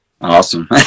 Awesome